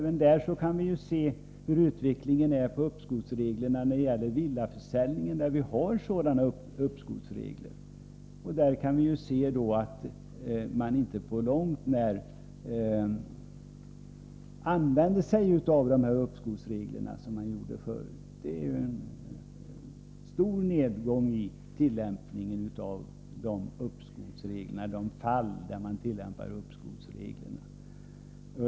Men då kan vi se på utvecklingen vid villaförsäljningar, där man har sådana uppskovsregler. Här använder man sig inte av dessa uppskovsregler på långt när som man gjorde förr. Det är en stor nedgång i antalet fall där man tillämpar dessa uppskovsregler.